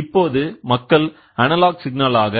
இப்போது மக்கள் அனலாக் சிக்னலாக